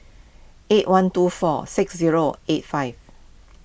eight one two four six zero eight five